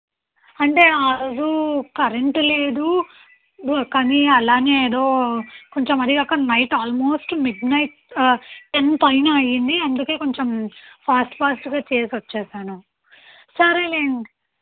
అంటే ఆ రోజూ కరెంటు లేదు కానీ అలానే ఎదో కొంచం అది కాకా night almost midnight ten పైన అయ్యింది అందుకే కొంచం ఫాస్ట్ ఫాస్ట్గా చేసి వచ్చేశాను సరేలేండి